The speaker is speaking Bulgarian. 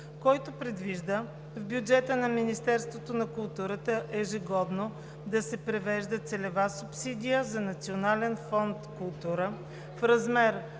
който предвижда в бюджета на Министерството на културата ежегодно да се превежда целева субсидия за Национален фонд „Култура“ в размер